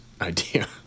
idea